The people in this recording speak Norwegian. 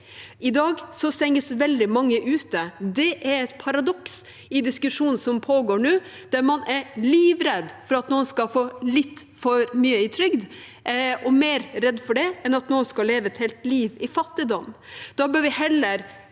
I dag stenges veldig mange ute. Det er et paradoks i diskusjonen som pågår nå, der man er livredd for at noen skal få litt for mye i trygd, og mer redd for det enn at noen skal leve et helt liv i fattigdom. Da bør vi heller